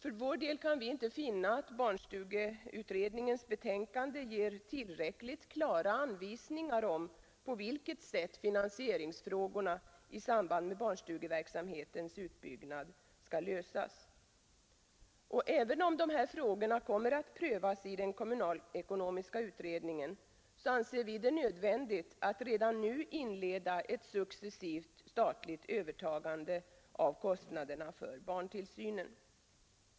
För vår del kan vi inte finna att barnstugeutredningens betänkande ger tillräckligt klara anvisningar om på vilket sätt finansieringsfrågorna i samband med barnstugeverksamhetens utbyggnad skall lösas. Och även om dessa frågor kommer att prövas i den kommunalekonomiska utredningen, så anser vi det nödvändigt att redan nu inleda ett successivt statligt övertagande av kostnaderna för barntillsynen.